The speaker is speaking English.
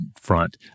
front